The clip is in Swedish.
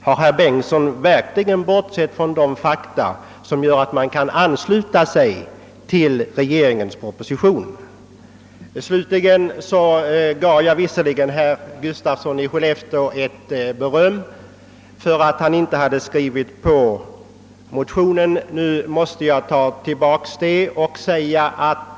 Har herr Bengtson verkligen bortsett från de grundläggande fakta som gör att man kan ansluta sig till regeringens proposition? Jag gav visserligen herr Gustafsson i Skellefteå beröm för att han inte har skrivit på mittenpartiernas motion, men nu måste jag moderera detta beröm.